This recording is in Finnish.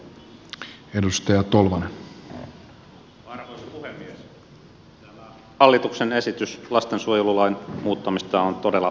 tämä hallituksen esitys lastensuojelulain muuttamisesta on todella tervetullut